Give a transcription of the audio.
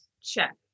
Check